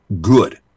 good